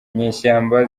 inyeshyamba